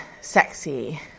sexy